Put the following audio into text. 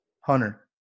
Hunter